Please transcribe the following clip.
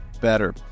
better